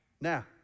now